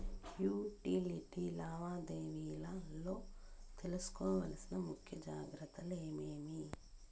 Utility లావాదేవీల లో తీసుకోవాల్సిన ముఖ్య జాగ్రత్తలు ఏమేమి?